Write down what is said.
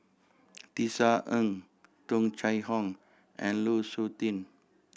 Tisa Ng Tung Chye Hong and Lu Suitin